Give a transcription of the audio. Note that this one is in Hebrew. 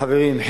חברים,